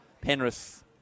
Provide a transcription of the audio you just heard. Penrith